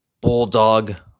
Bulldog